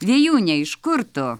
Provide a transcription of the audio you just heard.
vėjūne iš kur tu